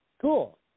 Cool